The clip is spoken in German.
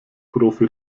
profi